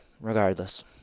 Regardless